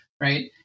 right